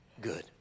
good